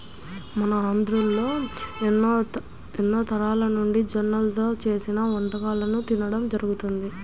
మన ఆంధ్రోల్లు ఎన్నో తరాలనుంచి జొన్నల్తో చేసిన వంటకాలను తినడం జరుగతంది